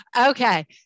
Okay